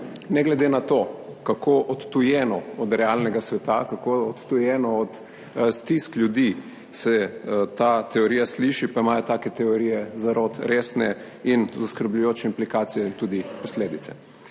Ne glede na to, kako odtujeno od realnega sveta, kako odtujeno od stisk ljudi se ta teorija sliši, pa imajo take teorije zarot resne in zaskrbljujoče implikacije in tudi posledice.